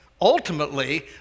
ultimately